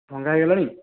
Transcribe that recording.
ଭଙ୍ଗା ହୋଇଗଲାଣି